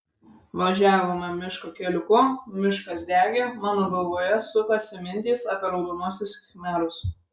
važiavome miško keliuku miškas degė mano galvoje sukosi mintys apie raudonuosius khmerus